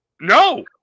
No